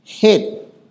Head